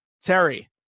Terry